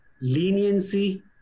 leniency